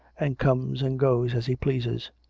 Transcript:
and comes and goes as he pleases.